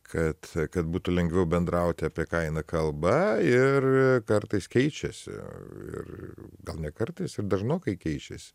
kad kad būtų lengviau bendrauti apie ką eina kalba ir kartais keičiasi ir gal ne kartais ir dažnokai keičiasi